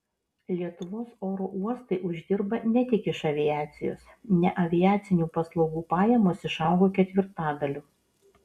lietuvos oro uostai uždirba ne tik iš aviacijos neaviacinių paslaugų pajamos išaugo ketvirtadaliu